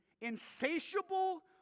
insatiable